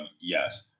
Yes